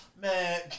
man